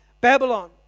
Babylon